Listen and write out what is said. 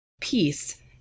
peace